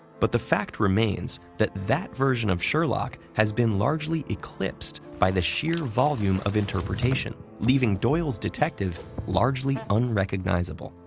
but the fact remains that that version of sherlock has been largely eclipsed by the sheer volume of interpretation, leaving doyle's detective largely unrecognizable.